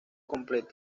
completo